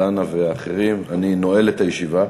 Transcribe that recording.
דנה ואחרים, אני נועל את הישיבה.